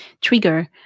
trigger